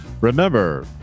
Remember